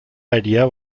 idea